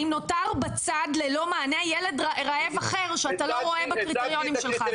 האם נותר בצד ללא מענה ילד רעב אחר שאתה לא רואה בקריטריונים שלך.